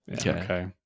Okay